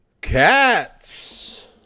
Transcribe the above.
cats